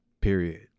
period